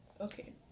Okay